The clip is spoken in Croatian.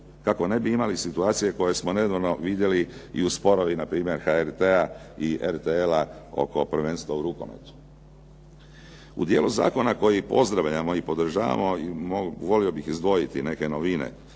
kako ne bi imali situacije koje smo nedavno vidjeli i u sporovima HRT-a i RTL-a oko prvenstva u rukometu. U dijelu zakona koji pozdravljamo i podržavamo, volio bih izdvojiti neke novine.